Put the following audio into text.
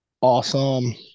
Awesome